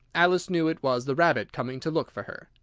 alice knew it was the rabbit coming to look for her,